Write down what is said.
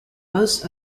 most